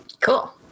Cool